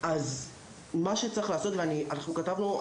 אז מה שצריך לעשות ואנחנו כתבנו,